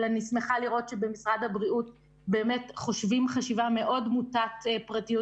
אבל אני שמחה לראות שבמשרד הבריאות חושבים חשיבה מאוד מוטת פרטיות